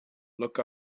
look